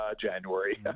January